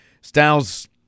Styles